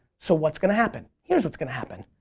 so what's gonna happen? here's what's going to happen.